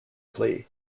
plea